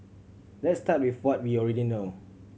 let's start with what we already know